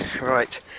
Right